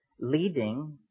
leading